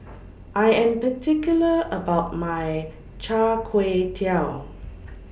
I Am particular about My Char Kway Teow